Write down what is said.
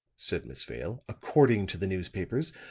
said miss vale, according to the newspapers,